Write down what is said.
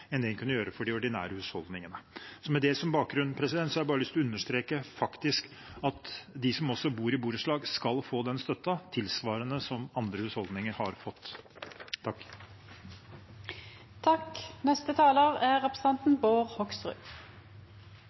enn det en kunne gjøre for de ordinære husholdningene. Med det som bakgrunn har jeg lyst til å understreke at også de som bor i borettslag, skal få støtte tilsvarende det som andre husholdninger har fått. Jeg registrerer at foregående taler ikke ville at man skulle ha debatt. Jeg mener at strømpakken er